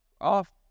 off